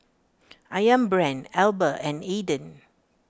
Ayam Brand Alba and Aden